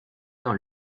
dans